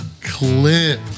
Clip